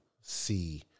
see